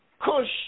Kush